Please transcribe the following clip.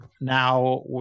now